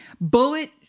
bullet